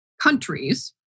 countries